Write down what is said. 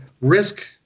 risk